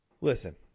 Listen